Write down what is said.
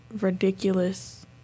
Ridiculous